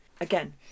Again